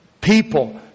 people